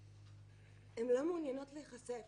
הן לא מעוניינות להיחשף.